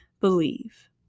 believe